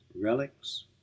relics